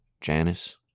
Janice